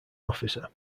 officer